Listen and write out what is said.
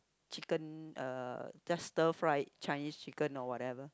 chicken uh just stir fried Chinese chicken or whatever